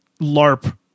LARP